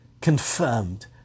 confirmed